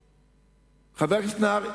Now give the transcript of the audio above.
15%. חבר הכנסת נהרי,